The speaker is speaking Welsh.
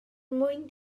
mwyn